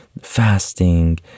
fasting